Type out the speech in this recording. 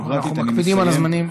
אנחנו מקפידים על הזמנים,